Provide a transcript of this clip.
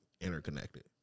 interconnected